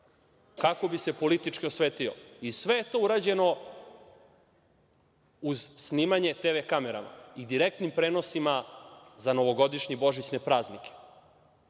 kako bi se politički osvetio. Sve je to urađeno uz snimanje tv kamerama i direktnim prenosima za novogodišnje i božićne praznike.